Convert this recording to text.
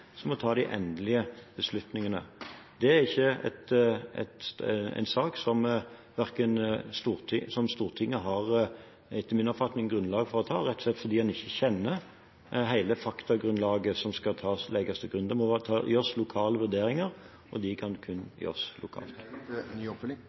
som må ta de endelige beslutningene. Det er etter min oppfatning ikke en beslutning som Stortinget har grunnlag for å ta, rett og slett fordi en ikke kjenner hele faktagrunnlaget. Det må gjøres lokale vurderinger, og de kan kun gjøres lokalt. Jeg prøver å følge veldig nøye med og